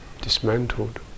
dismantled